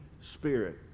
Spirit